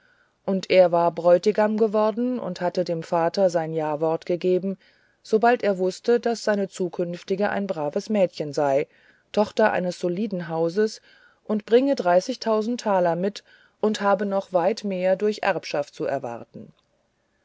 und er war bräutigam geworden und hatte dem vater sein jawort gegeben sobald er wußte seine zukünftige sei ein braves mädchen tochter eines soliden hauses und bringe dreißigtausend taler mit und habe noch weit mehr durch erbschaft zu erwarten